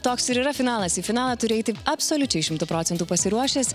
toks ir yra finalas į finalą turi eiti absoliučiai šimtu procentų pasiruošęs